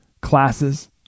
classes